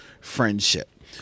friendship